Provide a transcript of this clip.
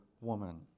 woman